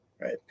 Right